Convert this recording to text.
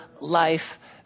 life